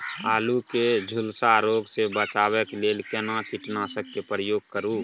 आलू के झुलसा रोग से बचाबै के लिए केना कीटनासक के प्रयोग करू